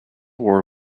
war